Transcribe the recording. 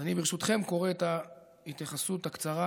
אז אני, ברשותכם, קורא את ההתייחסות הקצרה,